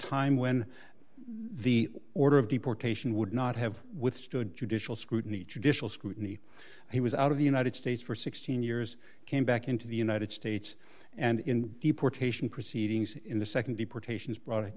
time when the order of deportation would not have withstood judicial scrutiny judicial scrutiny he was out of the united states for sixteen years came back into the united states and in deportation proceedings in the nd deportations brought it